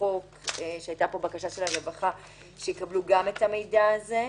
בקשה שגם הם יקבלו את המידע הזה.